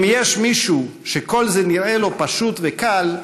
אם יש מישהו שכל זה נראה לו פשוט וקל,